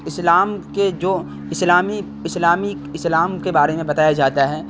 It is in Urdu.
اسلام کے جو اسلامی اسلامی اسلام کے بارے میں بتایا جاتا ہے